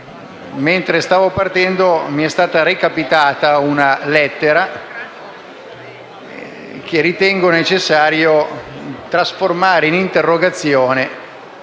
mentre stavo partendo, mi è stata recapitata una lettera che ritengo necessario trasformare in interrogazione,